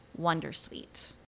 wondersuite